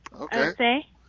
okay